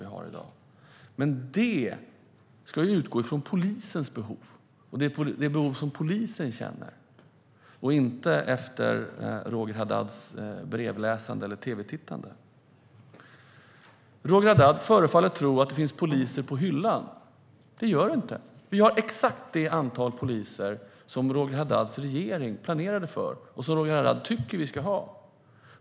Detta ska dock utgå från polisens behov och inte efter Roger Haddads brevläsande eller tv-tittande. För det andra förefaller Roger Haddad tro att det finns poliser på hyllan. Det gör det inte. Vi har exakt det antal poliser som Roger Haddads regering planerade för och som Roger Haddad tycker att vi ska ha.